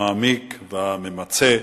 המעמיק והממצה,